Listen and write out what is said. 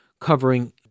covering